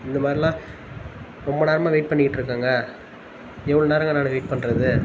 இந்த மாதிரிலாம் ரொம்ப நேரமாக வெயிட் பண்ணிவிட்டு இருக்கங்க எவ்வளோ நேரங்க நான் வெயிட் பண்ணுறது